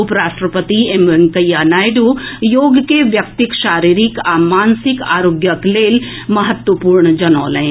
उपराष्ट्रपति एम वेंकैया नायडू योग के व्यक्तिक शारीरिक आ मानसिक आरोग्यक लेल महत्वपूर्ण जनौलनि